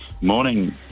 Morning